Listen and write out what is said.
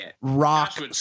rock